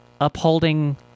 upholding